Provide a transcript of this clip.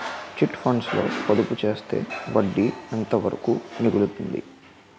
Chit funds లో పొదుపు చేస్తే వడ్డీ ఎంత వరకు మిగులుతుంది?